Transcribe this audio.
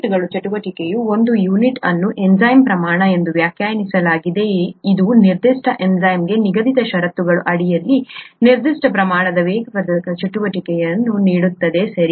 ಯೂನಿಟ್ಗಳು ಚಟುವಟಿಕೆಯ ಒಂದು ಯೂನಿಟ್ ಅನ್ನು ಎನ್ಝೈಮ್ ಪ್ರಮಾಣ ಎಂದು ವ್ಯಾಖ್ಯಾನಿಸಲಾಗಿದೆ ಇದು ನಿರ್ದಿಷ್ಟ ಎನ್ಝೈಮ್ಗೆ ನಿಗದಿತ ಷರತ್ತುಗಳ ಅಡಿಯಲ್ಲಿ ನಿರ್ದಿಷ್ಟ ಪ್ರಮಾಣದ ವೇಗವರ್ಧಕ ಚಟುವಟಿಕೆಯನ್ನು ನೀಡುತ್ತದೆ ಸರಿ